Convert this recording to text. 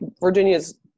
Virginia's